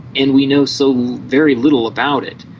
and we know so very little about it.